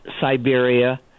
Siberia